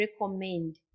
recommend